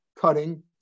cutting